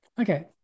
Okay